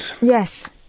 Yes